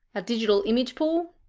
a digital image pool,